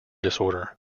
disorder